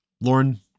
Lauren